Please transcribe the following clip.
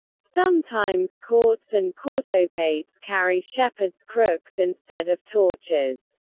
sometimes cautes and cautopates carry shepherds' crooks instead of torches.